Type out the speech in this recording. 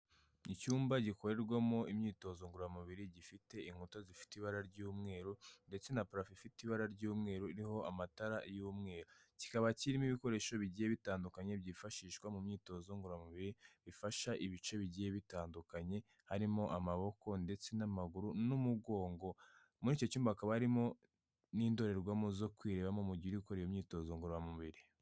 Icyumba gikorerwamo imyitozo ngororamubiri gifite inkuta zifite ibara ry'umweru ndetse na purafo ifite ibara ry'umweru, iriho amatara y'umweru. Kikaba kirimo ibikoresho bigiye bitandukanye byifashishwa mu myitozo ngororamubiri bifasha ibice bigiye bitandukanye, harimo amaboko ndetse n'amaguru n'umugongo. Muri icyo cyumba hakaba harimo n'indorerwamo zo kwirebamo umu gihe ukora imyitozo ngororamubiri.